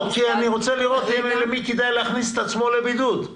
אני רוצה לראות למי כדאי להכניס את עצמו לבידוד.